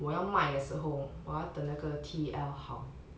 我要卖的时候我要等那个 T_E_L 好